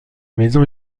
maison